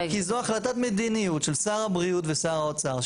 כי זו החלטת מדיניות של שר הבריאות ושר האוצר.